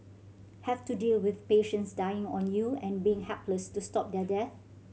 have to deal with patients dying on you and being helpless to stop their deaths